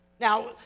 Now